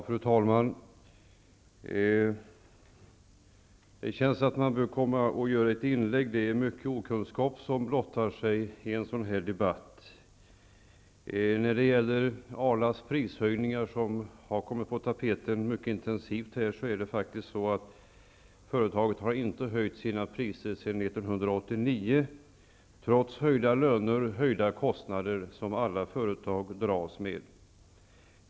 Fru talman! Det känns att man bör göra ett inlägg -- det är mycken okunskap som blottas i en sådan här debatt. Arlas prishöjningar är ju här på tapeten mycket intensivt. Det är faktiskt så att företaget inte har höjt sina priser sedan 1989 -- trots höjda löner och höjda kostnader, som alla företag dras med.